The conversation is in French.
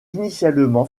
initialement